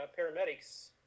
paramedics